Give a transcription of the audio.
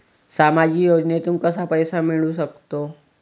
सामाजिक योजनेतून कसा पैसा मिळू सकतो?